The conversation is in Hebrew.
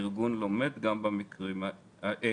ארגון לומר גם במקרים האלה.